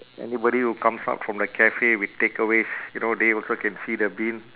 anybody who comes out from the cafe with takeaways you know they also can see the bin